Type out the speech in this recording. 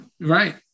right